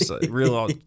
Real